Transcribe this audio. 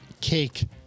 Cake